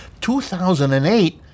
2008